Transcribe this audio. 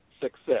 success